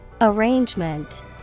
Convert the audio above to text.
Arrangement